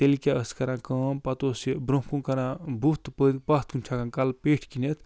تیٚلہِ کیٛاہ ٲس کَران کٲم پتہٕ اوس یہِ برٛونٛہہ کُن کَران بُتھ تہٕ پَتھ کُن چھَکان کَلہٕ پیٚٹھۍ کِنٮ۪تھ